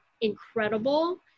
incredible